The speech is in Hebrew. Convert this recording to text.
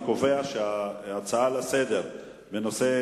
אני קובע שההצעות לסדר-היום בנושא